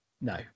No